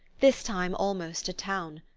this time almost a town!